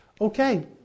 Okay